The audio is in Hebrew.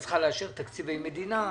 את צריכה לאשר תקציבי מדינה,